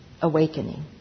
awakening